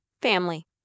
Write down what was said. family